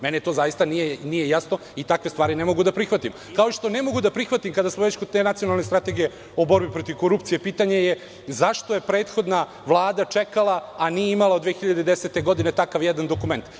Meni to zaista nije jasno, i takve stvari ne mogu da prihvatim, kao što i ne mogu da prihvatim, kada smo već kod te nacionalne strategije o borbi protiv korupcije, pitanje je – zašto je prethodna Vlada čekala, a nije imala 2010. godine, takav jedan dokument.